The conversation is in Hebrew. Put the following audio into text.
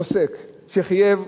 עוסק שחייב